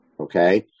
okay